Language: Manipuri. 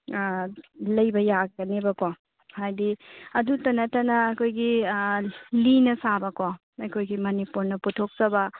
ꯂꯩꯕ ꯌꯥꯒꯅꯦꯕꯀꯣ ꯍꯥꯏꯗꯤ ꯑꯗꯨꯇ ꯅꯠꯇꯅ ꯑꯩꯈꯣꯏꯒꯤ ꯂꯤꯅ ꯁꯥꯕꯀꯣ ꯑꯩꯈꯣꯏꯒꯤ ꯃꯅꯤꯄꯨꯔꯅ ꯄꯨꯊꯣꯛꯆꯕ